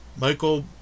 Michael